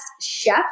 chef